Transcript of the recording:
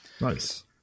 Nice